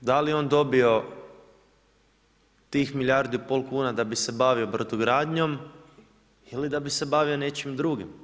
Da li je on dobio tih milijardu i pol kuna da bi se bavio brodogradnjom, ili da bi se bavio nečim drugim.